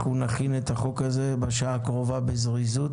אנחנו נכין את הצעת החוק הזאת בשעה הקרובה בזריזות.